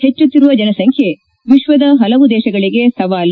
ಹೆಚ್ಚುತ್ತಿರುವ ಜನಸಂಖ್ಯೆ ವಿಶ್ವದ ಹಲವು ದೇಶಗಳಿಗೆ ಸವಾಲು